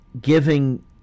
giving